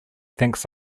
thinks